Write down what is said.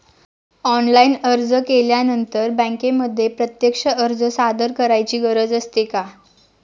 Online अर्ज केल्यानंतर बँकेमध्ये प्रत्यक्ष अर्ज सादर करायची गरज असते का?